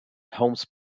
homes